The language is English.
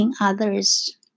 others